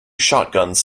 shotguns